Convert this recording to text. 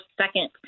second